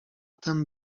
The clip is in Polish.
tem